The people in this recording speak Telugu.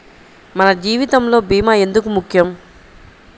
మన జీవితములో భీమా ఎందుకు ముఖ్యం?